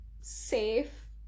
safe